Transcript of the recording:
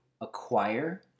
acquire